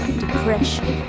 depression